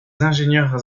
ingénieurs